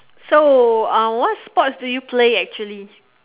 so uh what sports do you play actually